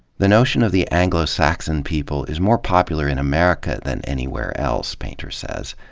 the notion of the anglo-saxon people is more popular in america than anywhere else, painter says.